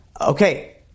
okay